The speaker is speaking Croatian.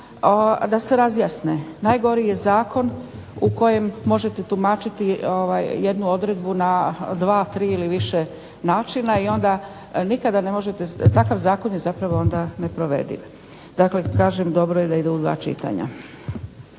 da se razjasne. Najgori je zakon u kojem možete tumačiti jednu odredbu na dva, tri ili više načina, i onda nikada ne možete, takav zakon je zapravo onda neprovediv. Dakle kažem dobro je da ide u dva čitanja.